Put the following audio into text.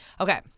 Okay